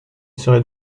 serait